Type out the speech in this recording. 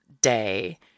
Day